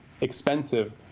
expensive